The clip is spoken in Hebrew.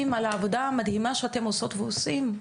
על העבודה המדהימה שאתן עושות ועושים,